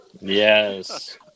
yes